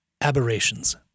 aberrations